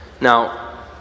Now